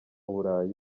burayi